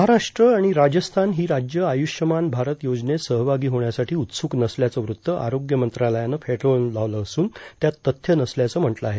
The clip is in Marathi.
महाराष्ट्र आणि राजस्थान ही राज्यं आयुष्यमान भारत योजनेत सहभागी होण्यासाठी उत्सुक नसल्याचं वृत्त आरोग्य मंत्रालयानं फेटाळून लावलं असून त्यात तथ्य नसल्याचं म्हटलं आहे